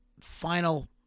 final